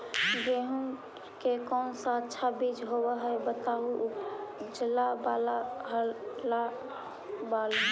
गेहूं के कौन सा अच्छा बीज होव है बताहू, उजला बाल हरलाल बाल में?